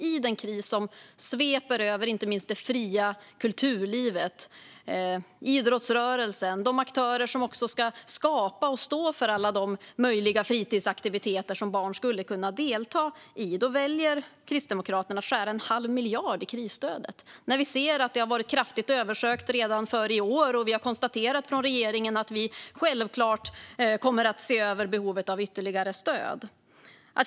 I den kris som sveper över inte minst det fria kulturlivet, idrottsrörelsen och de aktörer som ska skapa och stå för alla de fritidsaktiviteter som barn skulle kunna delta i väljer Kristdemokraterna att skära en halv miljard i krisstödet trots att vi ser att det har varit kraftigt översökt redan för i år. Vi har från regeringens sida också konstaterat att vi självklart kommer att se över behovet av ytterligare stöd.